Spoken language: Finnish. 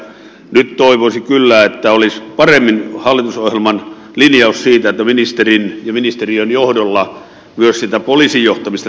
nyt toivoisi kyllä että olisi paremmin hallitusohjelman linjaus siitä että ministerin ja ministeriön johdolla myös sitä poliisin johtamista tehtäisiin